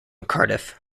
cardiff